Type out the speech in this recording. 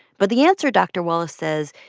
but the answer, dr. wallace says,